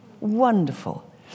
wonderful